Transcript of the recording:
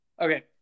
Okay